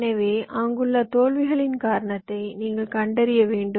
எனவே அங்குள்ள தோல்விகளின் காரணத்தை நீங்கள் கண்டறிய வேண்டும்